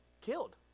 killed